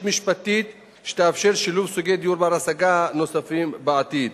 משפטית שתאפשר שילוב סוגי דיור בר-השגה נוספים בעתיד.